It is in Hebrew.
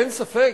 אין ספק,